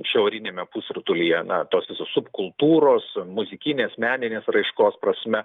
šiauriniame pusrutulyje na tos subkultūros muzikinės meninės raiškos prasme